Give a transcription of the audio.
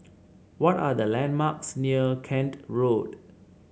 what are the landmarks near Kent Road